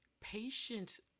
Patience